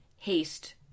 haste